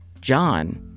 John